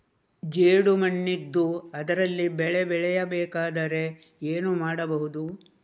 ಜೇಡು ಮಣ್ಣಿದ್ದು ಅದರಲ್ಲಿ ಬೆಳೆ ಬೆಳೆಯಬೇಕಾದರೆ ಏನು ಮಾಡ್ಬಹುದು?